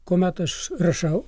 kuomet aš rašau